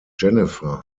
jennifer